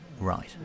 Right